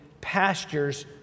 pastures